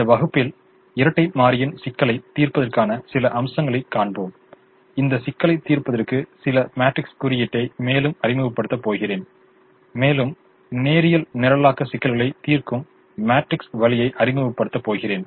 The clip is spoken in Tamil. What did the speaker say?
இந்த வகுப்பில் இரட்டை மாறியின் சிக்கலைத் தீர்ப்பதற்கான சில அம்சங்களைக் காண்போம் இந்த சிக்கலைத் தீர்ப்பதற்கு சில மேட்ரிக்ஸ் குறியீட்டை மேலும் அறிமுகப்படுத்த போகிறேன் மேலும் நேரியல் நிரலாக்க சிக்கல்களை தீர்க்கும் மேட்ரிக்ஸ் வழியை அறிமுகப்படுத்த போகிறேன்